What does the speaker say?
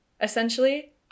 Essentially